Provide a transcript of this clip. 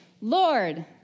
Lord